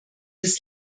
des